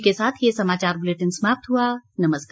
इसी के साथ ये समाचार बुलेटिन समाप्त हुआ नमस्कार